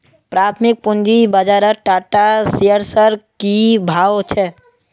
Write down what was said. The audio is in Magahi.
प्राथमिक पूंजी बाजारत टाटा शेयर्सेर की भाव छ